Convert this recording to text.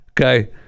Okay